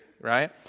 right